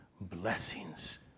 blessings